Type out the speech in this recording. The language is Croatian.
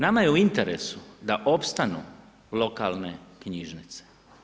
Nama je u interesu da opstanu lokalne knjižnice.